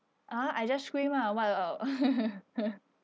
ah I just scream lah what